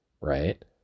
Right